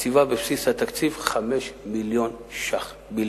מקציבה בבסיס התקציב 5 מיליון שקלים בלבד.